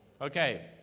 Okay